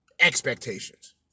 Expectations